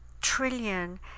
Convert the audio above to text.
trillion